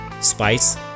spice